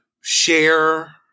share